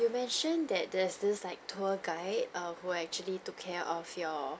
you mentioned that there's this like tour guide err who actually took care of your